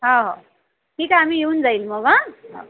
हां हो ठीक आहे आम्ही येऊन जाईल मग हां हो